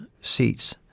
seats